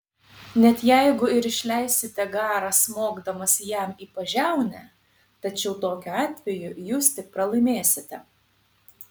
net jeigu ir išleisite garą smogdamas jam į pažiaunę tačiau tokiu atveju jūs tik pralaimėsite